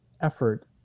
effort